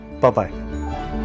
Bye-bye